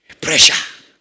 Pressure